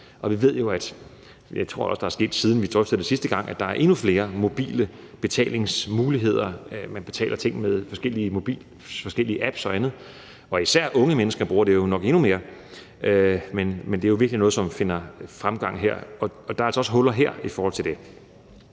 jeg tror også, at det sket, siden vi drøftede det sidste gang – at der er endnu flere mobile betalingsmuligheder. Man betaler ting med forskellig apps og andet, og især unge mennesker bruger det jo nok endnu mere, men det er jo virkelig noget, som vinder fremgang her, og der er altså også huller her i forhold til det.